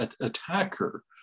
attacker